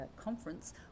conference